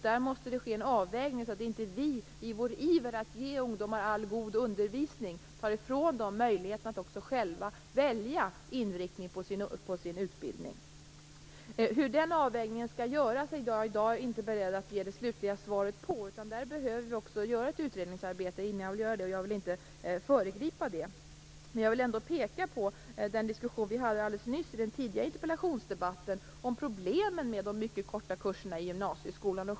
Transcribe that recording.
Där måste det ske en avvägning så att inte vi, i vår iver att ge ungdomar all god undervisning, tar ifrån dem möjligheten att också själva välja inriktning på sin utbildning. Hur den avvägningen skall göras är jag i dag inte beredd att ge det slutliga svaret på. Där behöver vi göra ett utredningsarbete. Jag vill inte föregripa det. Men jag vill ändå peka på den diskussion vi hade alldeles nyss i den tidigare interpellationsdebatten om problemen med de mycket korta kurserna i gymnasieskolan.